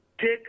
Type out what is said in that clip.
take